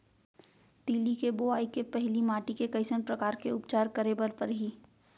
तिलि के बोआई के पहिली माटी के कइसन प्रकार के उपचार करे बर परही?